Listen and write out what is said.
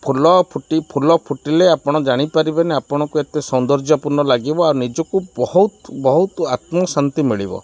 ଫୁଲ ଫୁଟି ଫୁଲ ଫୁଟିଲେ ଆପଣ ଜାଣିପାରିବେ ନି ଆପଣଙ୍କୁ ଏତେ ସୌନ୍ଦର୍ଯ୍ୟପୂର୍ଣ୍ଣ ଲାଗିବ ଆଉ ନିଜକୁ ବହୁତ ବହୁତ ଆତ୍ମଶାନ୍ତି ମିଳିବ